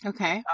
Okay